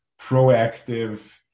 proactive